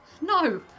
No